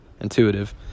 Intuitive